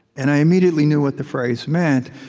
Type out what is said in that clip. and i immediately knew what the phrase meant,